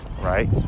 right